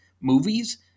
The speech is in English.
movies